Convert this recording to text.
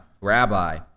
Rabbi